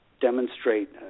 demonstrate